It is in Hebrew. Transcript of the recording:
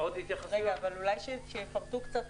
אולי שיפרטו קצת,